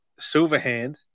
Silverhand